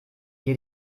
wir